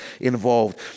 involved